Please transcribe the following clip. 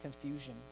confusion